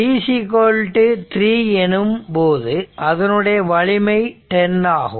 t3 எனும்போது அதனுடைய வலிமை 10 ஆகும்